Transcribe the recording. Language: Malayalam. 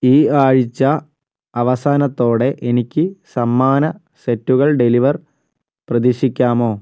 ഈ ആഴ്ച അവസാനത്തോടെ എനിക്ക് സമ്മാന സെറ്റുകൾ ഡെലിവർ പ്രതീക്ഷിക്കാമോ